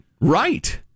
Right